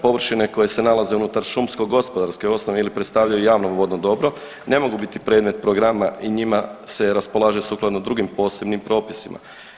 Površine koje se nalaze unutar šumsko gospodarsko .../nerazumljivo/... ili predstavljaju javno vodno dobro, ne mogu biti predmet programa i njima se raspolaže sukladno drugim posebnim propisima.